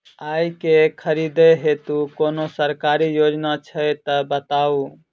आइ केँ खरीदै हेतु कोनो सरकारी योजना छै तऽ बताउ?